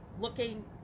looking